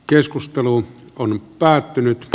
keskustelu on päättynyt